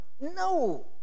No